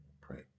pray